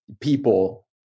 people